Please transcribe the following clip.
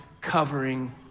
covering